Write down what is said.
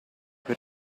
quel